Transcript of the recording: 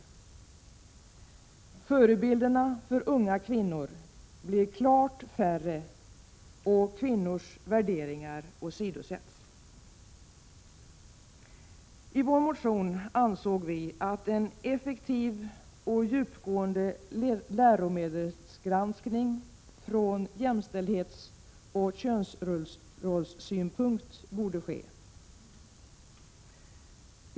Förebilderna för unga kvinnor blir klart färre, och kvinnors värderingar åsidosätts. I vår motion anser vi att en effektiv och djupgående läromedelsgranskning från jämställdhetsoch könsrollssynpunkt bör ske.